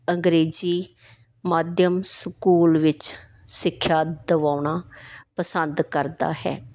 ਅੰਗਰੇਜ਼ੀ ਮਾਧਿਅਮ ਸਕੂਲ ਵਿੱਚ ਸਿੱਖਿਆ ਦਵਾਉਣਾ ਪਸੰਦ ਕਰਦਾ ਹੈ